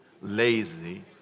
lazy